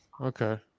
Okay